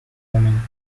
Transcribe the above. wyoming